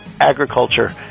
agriculture